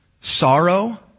sorrow